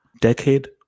Decade